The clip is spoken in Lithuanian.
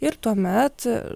ir tuomet